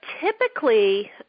typically